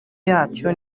yacyo